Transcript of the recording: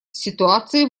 ситуации